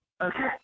Okay